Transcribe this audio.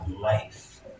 life